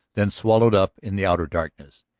then swallowed up in the outer darkness.